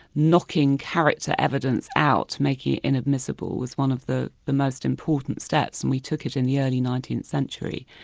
knocking character evidence out, making it inadmissible, was one of the the most important steps, and we took it in the early nineteenth century.